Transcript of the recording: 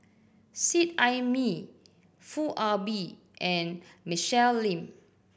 Seet Ai Mee Foo Ah Bee and Michelle Lim